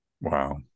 Wow